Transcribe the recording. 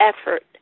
effort